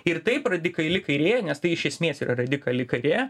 ir taip radikali kairė nes tai iš esmės yra radikali kairė